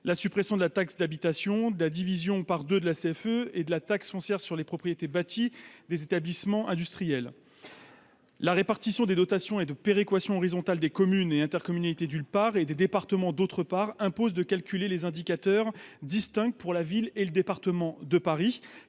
la suppression de la taxe d'habitation de la division par 2 de la CFE- et de la taxe foncière sur les propriétés bâties des établissements industriels. La répartition des dotations et de péréquation horizontale des communes et intercommunalités : d'une part et des départements, d'autre part, impose de calculer les indicateurs distingue pour la ville et le département de Paris